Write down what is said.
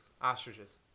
ostriches